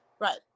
right